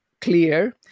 clear